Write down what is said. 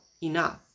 enough